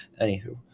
Anywho